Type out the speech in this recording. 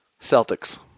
Celtics